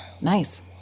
Nice